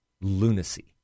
lunacy